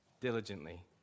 diligently